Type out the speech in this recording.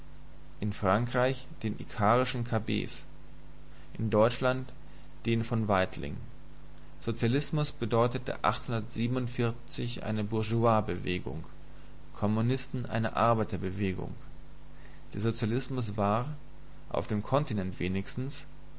in frankreich den von cabet in deutschland den von weitling sozialismus eine bewegung der mittelklasse kommunismus eine bewegung der arbeiterklasse der sozialismus war auf dem kontinent wenigstens